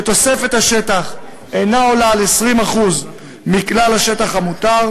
תוספת השטח אינה עולה על 20% מכלל השטח המותר,